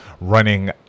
running